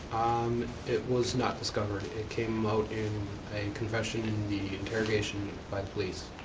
um it was not discovered. it came out in a confession in the interrogation by police.